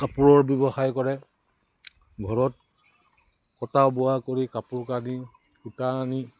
কাপোৰৰ ব্যৱসায় কৰে ঘৰত কটা বোৱা কৰি কাপোৰ কানি সূতা আনি